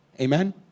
Amen